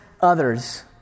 others